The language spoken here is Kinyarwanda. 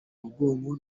mugongo